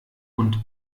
und